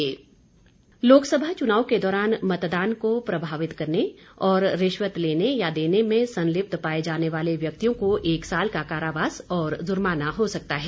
विवेक भाटिया लोकसभा चुनाव के दौरान मतदान को प्रभावित करने और रिश्वत लेने या देने में संलिप्त पाए जाने वाले व्यक्तियों को एक साल का कारावास और जुर्माना हो सकता है